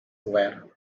were